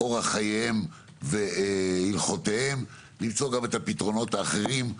אורח חייהם והלכותיהם ולמצוא גם את הפתרונות האחרים.